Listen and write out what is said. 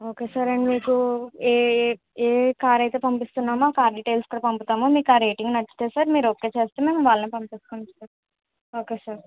okay sir and మీకు ఏ ఏ కార్ అయితే పంపిస్తున్నామో ఆ కార్ డీటెయిల్స్ కూడా పంపుతాము మీకు ఆ రేటింగ్ నచ్చితే సార్ మీరు ఓకే చేస్తే మేము వాళ్లనే పంపిస్తాం సార్ ఓకే సార్